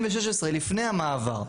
לפני המעבר,